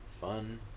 Fun